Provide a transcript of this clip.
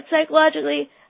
psychologically